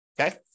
okay